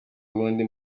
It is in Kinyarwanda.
ubundi